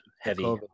heavy